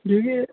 دیکھیے